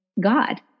god